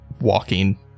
walking